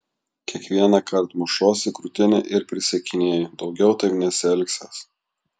kiekvienąkart mušuos į krūtinę ir prisiekinėju daugiau taip nesielgsiąs